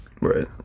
right